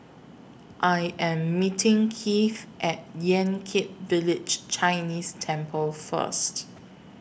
I Am meeting Keith At Yan Kit Village Chinese Temple First